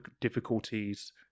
difficulties